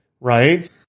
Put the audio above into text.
right